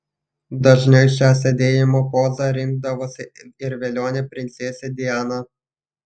dažnai šią sėdėjimo pozą rinkdavosi ir velionė princesė diana